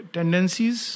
Tendencies